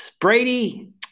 Brady